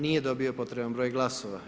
Nije dobio potreban broj glasova.